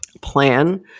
plan